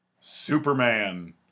Superman